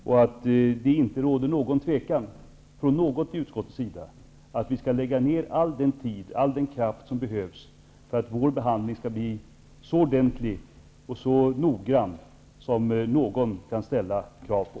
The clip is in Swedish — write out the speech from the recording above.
Det råder inte något tvivel hos någon i utskottet om att man skall lägga ned all den tid och kraft som behövs för att behandlingen skall bli så ordentlig och så noggrann som någon kan ställa krav på.